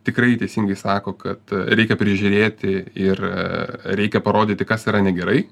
tikrai teisingai sako kad reikia prižiūrėti ir reikia parodyti kas yra negerai